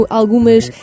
algumas